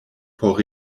por